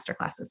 masterclasses